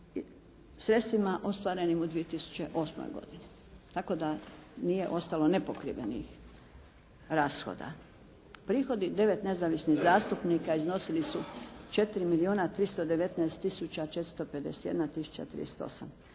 sredstvima ostvarenim u 2008. godini, tako da nije ostalo nepokrivenih rashoda. Prihodi devet nezavisnih zastupnika iznosili su 4